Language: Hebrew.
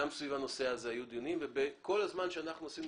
גם סביב הנושא הזה היו דיונים וכל הזמן בו אנחנו עשינו